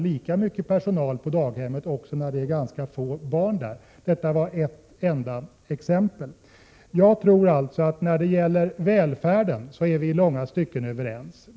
Här har inte funnits tillräckliga incitament att pressa kostnaderna. Detta var ett enda exempel. Jag tror att vi när det gäller välfärden i långa stycken är överens.